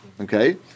okay